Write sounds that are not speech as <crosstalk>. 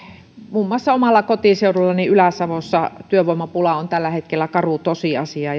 muun muassa omalla kotiseudullani ylä savossa työvoimapula on tällä hetkellä karu tosiasia <unintelligible>